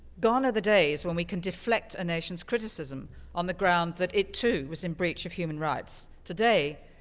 gone are the days when we can deflect a nation's criticism on the ground that it too was in breach of human rights. today,